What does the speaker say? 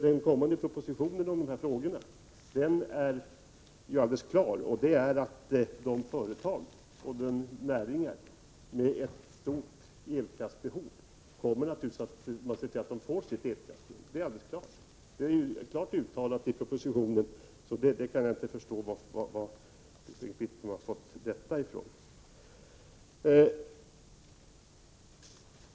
Den kommande propositionen i dessa frågor är alldeles klar: Företag och näringar med stort elkraftsbehov kommer att få sin el. Det är klart uttalat i propositionen, så jag kan inte förstå varför Bengt Wittbom tar upp den saken.